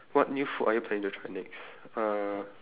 what new food are you planning to try next uh